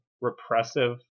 repressive